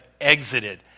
exited